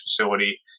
facility